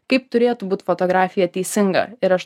kaip turėtų būt fotografija teisinga ir aš